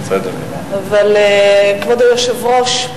כבוד היושב-ראש,